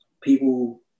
People